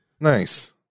Nice